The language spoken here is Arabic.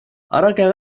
أراك